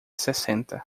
sessenta